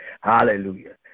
Hallelujah